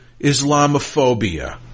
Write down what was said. Islamophobia